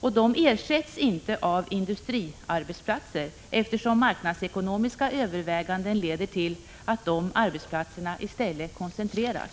De ersätts inte av industriarbetsplatser, eftersom marknadsekonomiska överväganden leder till att dessa arbetsplatser i stället koncentreras.